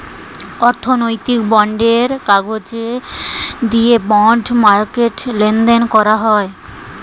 অর্থনৈতিক বন্ডের কাগজ দিয়ে বন্ড মার্কেটে লেনদেন করা হয়